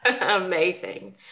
Amazing